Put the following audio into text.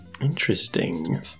Interesting